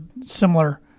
similar